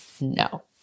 No